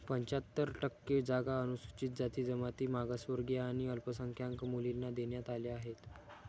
पंच्याहत्तर टक्के जागा अनुसूचित जाती, जमाती, मागासवर्गीय आणि अल्पसंख्याक मुलींना देण्यात आल्या आहेत